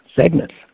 segments